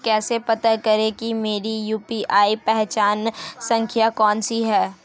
कैसे पता करें कि मेरी यू.पी.आई पहचान संख्या कौनसी है?